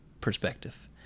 perspective